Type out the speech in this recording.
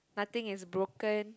nothing is broken